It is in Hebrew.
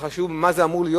שחשבו מה זה אמור להיות.